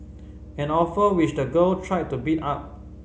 an offer which the girl tried to beat up